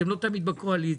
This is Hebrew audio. אתם לא תמיד בקואליציה.